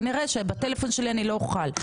כנראה שבטלפון שלי אני לא אוכל.